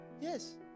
Yes